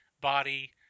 body